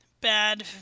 Bad